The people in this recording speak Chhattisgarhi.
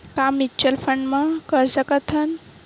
का म्यूच्यूअल फंड म कर सकत हन?